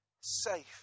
safe